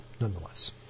nonetheless